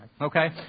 Okay